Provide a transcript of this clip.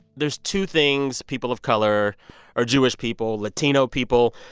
there's two things people of color or jewish people, latino people,